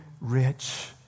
rich